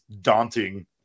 daunting